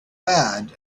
bad